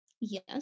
Yes